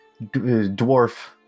dwarf